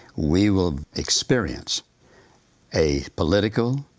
we will experience a political,